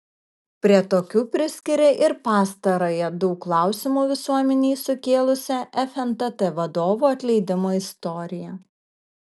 prie tokių priskiria ir pastarąją daug klausimų visuomenei sukėlusią fntt vadovų atleidimo istoriją